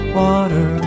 water